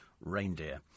reindeer